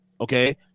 Okay